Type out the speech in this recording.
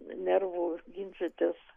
nervų ginčytis